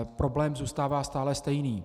Problém zůstává stále stejný.